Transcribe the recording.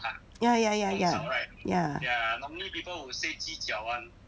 ya ya ya ya ya